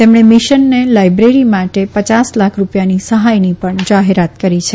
તેમણે મિશનને લાયબ્રેરી માટે પયાસ લાખ રૂપિયાની સહાયની પણ જાહેરાત કરી છે